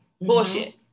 bullshit